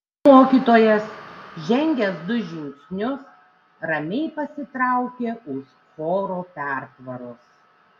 mokytojas žengęs du žingsnius ramiai pasitraukė už choro pertvaros